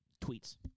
tweets